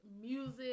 music